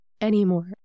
anymore